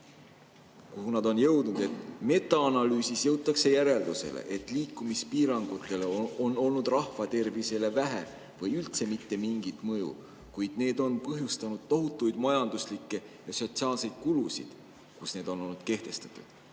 nad on jõudnud, [on selline]: metaanalüüsis jõutakse järeldusele, et liikumispiirangutel on olnud rahvatervisele vähem või üldse mitte mingit mõju, kuid need on põhjustanud tohutuid majanduslikke ja sotsiaalseid kulusid seal, kus need on olnud kehtestatud.